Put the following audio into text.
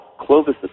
Clovis